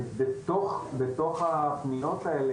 בתוך הפניות האלה,